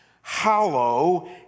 hollow